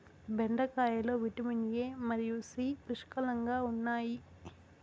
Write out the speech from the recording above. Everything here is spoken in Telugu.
బెండకాయలో విటమిన్ ఎ మరియు సి పుష్కలంగా ఉన్నాయి